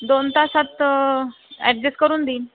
दोन तासात ॲडजेस्ट करून देईन